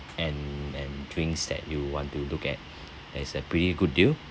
and and drinks that you want to look at as a pretty good deal